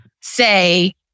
say